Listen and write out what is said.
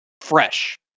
fresh